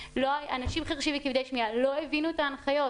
אנשים חירשים וכבדי שמיעה לא הבינו את ההנחיות,